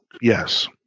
Yes